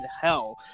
hell